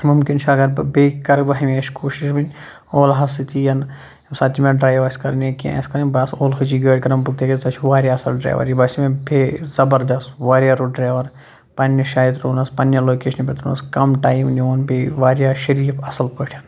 مُمکِن چھُ اگر بہٕ بیٚیہِ کَرٕ بہٕ ہمیشہِ کوٗشِش وۄنۍ اولہَس سۭتی یَن ییٚمہِ ساتہٕ تہِ مےٚ ڈرٛایو آسہِ کَرٕنۍ یا کینٛہہ آسہِ کَرٕنۍ بہٕ آسہٕ اولہٕچی گٲڑۍ کَرَن بُک تِکیٛازِ تۄہہِ چھُ واریاہ اَصٕل ڈرایوَر یہِ باسیو مےٚ بے زبردَس واریاہ رُت ڈرٛیوَر پنٛنہِ جایہِ ترٛوونَس پنٛنہِ لوکیشنہِ پٮ۪ٹھ ترٛوونَس کَم ٹایم ںیُوَن بیٚیہِ واریاہ شریٖف اَصٕل پٲٹھۍ